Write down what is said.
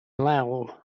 lowell